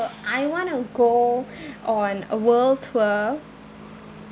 I want to go on a world tour